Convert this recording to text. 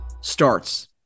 starts